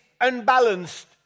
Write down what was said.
unbalanced